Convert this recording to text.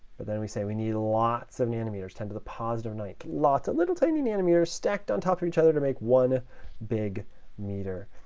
but then we say we need lots of nanometers, ten to the positive nine, lots of little tiny nanometers stacked on top for each other to make one big meter.